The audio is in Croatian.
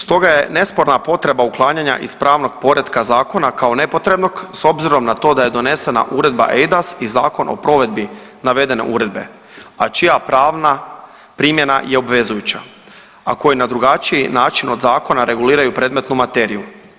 Stoga je nesporna potreba uklanjanja iz pravnog poretka zakona kao nepotrebnog s obzirom na to da je donesena uredbom eIDAS i zakon o provedbi navedene uredbe, a čija pravna primjena je obvezujuća, a koji na drugačiji način od zakona reguliraju predmetnu materiju.